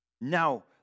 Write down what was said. Now